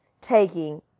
taking